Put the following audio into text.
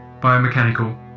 Biomechanical